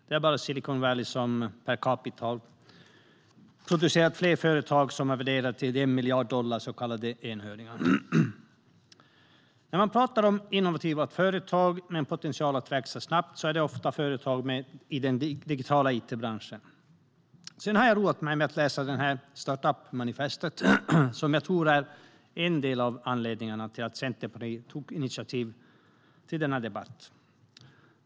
Det är bara Silicon Valley som per capita har producerat fler företag som är värderade till 1 miljard dollar, så kallade enhörningar. När man pratar om innovativa företag med en potential att växa snabbt handlar det ofta om företag inom it-branschen. Jag har roat mig med att läsa startup-manifestet som jag tror är en av anledningarna till att Centerpartiet tog initiativ till denna debatt.